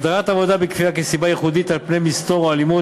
הגדרת עבודה בכפייה כסיבה ייחודית על פני מסתור או אלימות